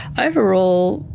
overall,